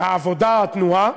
לו העבודה התנועה.